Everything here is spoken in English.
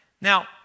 Now